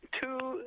two